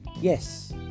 Yes